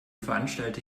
veranstalte